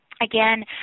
Again